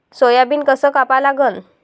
Soybean कस कापा लागन?